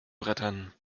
brettern